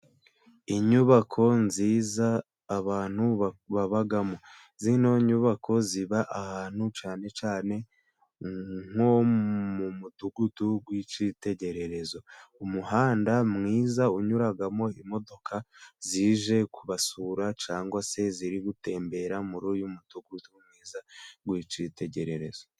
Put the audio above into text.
Inyubako nziza abantu babamo. Zino nyubako ziba ahantu cyane cyane nko mu mudugudu w'ikitegererezo. Umuhanda mwiza unyuramo imodoka zije kubasura cg se ziri gutembera muri uyu mudugudu mwiza w'ikitegererezo.